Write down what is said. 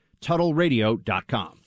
TuttleRadio.com